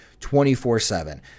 24-7